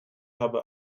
habe